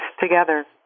together